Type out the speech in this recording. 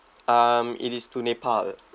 um it is to nepal